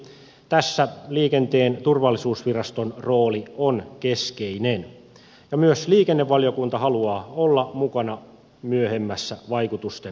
tässä liikenteen turvallisuusviraston rooli on keskeinen ja myös liikennevaliokunta haluaa olla mukana myöhemmässä vaikutusten arvioinnissa